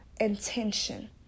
intention